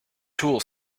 tool